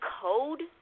code